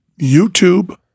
YouTube